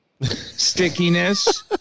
stickiness